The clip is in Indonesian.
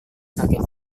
sakit